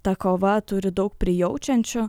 ta kova turi daug prijaučiančių